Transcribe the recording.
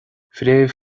fréamh